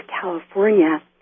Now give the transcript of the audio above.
California